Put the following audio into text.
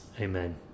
Amen